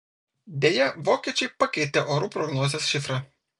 deja vokiečiai pakeitė orų prognozės šifrą